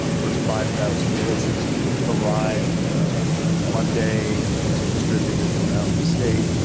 first five thousand doses arrived monday, and was distributed around the state.